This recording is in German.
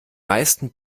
meisten